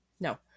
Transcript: No